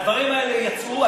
הדברים האלה יצאו.